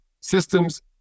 systems